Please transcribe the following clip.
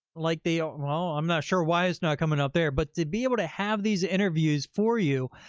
like the, ah and well, i'm not sure why it's not coming up there, but to be able to have these interviews for you